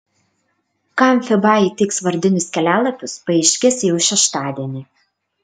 kam fiba įteiks vardinius kelialapius paaiškės jau šeštadienį